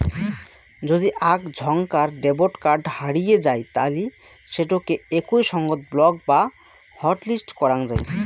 যদি আক ঝন্কার ডেবট কার্ড হারিয়ে যাই তালি সেটোকে একই সঙ্গত ব্লক বা হটলিস্ট করাং যাই